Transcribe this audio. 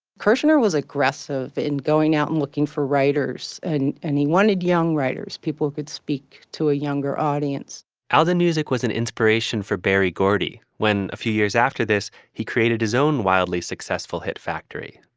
kerschner was aggressive in going out and looking for writers. and and he wanted young writers, people who could speak to a younger audience how the music was an inspiration for berry gordy. when a few years after this, he created his own wildly successful hit factory,